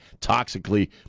toxically